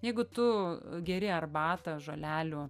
jeigu tu geri arbatą žolelių